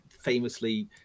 famously